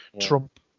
trump